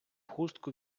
хустку